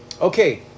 Okay